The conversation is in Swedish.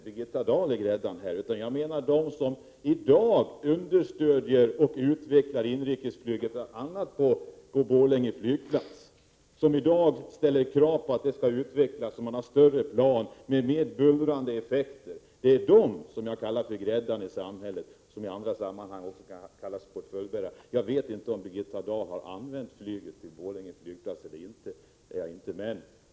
Herr talman! I första hand har jag inte valt in Birgitta Dahl i gräddan, utan jag menar dem som utnyttjar inrikesflyget bl.a. på Borlänge flygplats, som i dag ställer krav på att det skall utvecklas med större plan och mer bullrande effekter. Det är dem jag kallar för gräddan i samhället — som i andra sammanhang också kallas portföljbärare. Jag vet inte om Birgitta Dahl har använt flyget till Borlänge flygplats eller inte.